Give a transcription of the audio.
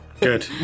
Good